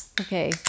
Okay